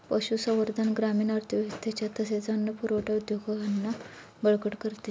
पशुसंवर्धन ग्रामीण अर्थव्यवस्थेच्या तसेच अन्न पुरवठा उद्योगांना बळकट करते